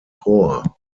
chor